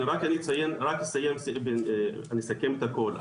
רק אני אסכם את הכל.